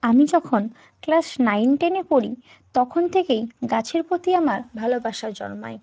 আমি যখন class nine টেনে পড়ি তখন থেকেই গাছের প্রতি আমার ভালোবাসা জন্মায়